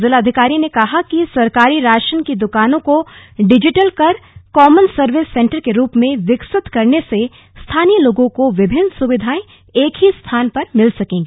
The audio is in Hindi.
जिलाधिकारी ने कहा कि सरकारी राशन की दुकानों को डिजिटल कर कॉमन सर्विस सेन्टर के रुप में विकसित करने से स्थानीय लोगों को विभिन्न सुविधाए एक ही स्थान पर मिल सकेंगी